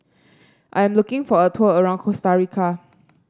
I'm looking for a tour around Costa Rica